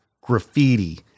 graffiti